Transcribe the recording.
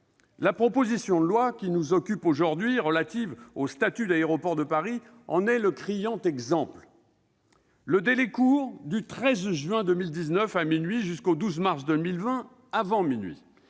La proposition de loi qui nous occupe aujourd'hui, relative au statut d'Aéroports de Paris, en est un criant exemple. Le délai court du 13 juin 2019 à minuit jusqu'au 12 mars 2020 avant minuit.